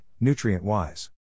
nutrient-wise